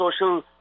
social